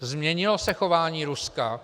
Změnilo se chování Ruska?